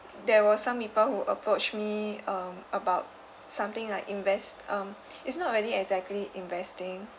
there were some people who approach me um about something like invest um it's not really exactly investing